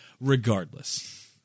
Regardless